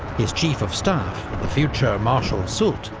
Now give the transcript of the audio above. his chief of staff, the future marshal soult,